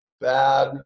bad